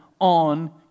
on